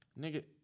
Nigga